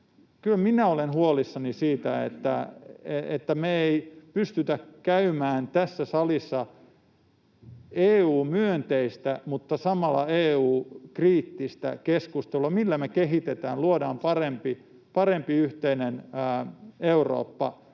minä olen huolissani siitä, että me ei pystytä käymään tässä salissa EU-myönteistä mutta samalla EU-kriittistä keskustelua, millä me kehitetään, luodaan parempi yhteinen Eurooppa,